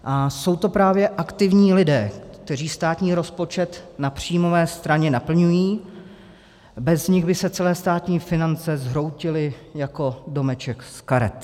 A jsou to právě aktivní lidé, kteří státní rozpočet na příjmové straně naplňují, bez nich by se celé státní finance zhroutily jako domeček z karet.